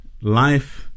life